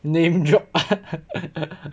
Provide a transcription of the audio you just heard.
name drop